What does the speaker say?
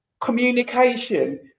communication